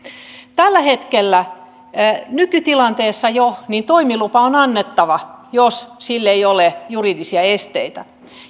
tällä hetkellä nykytilanteessa jo toimilupa on annettava jos sille ei ole juridisia esteitä